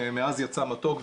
מעז יצא מתוק,